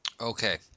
Okay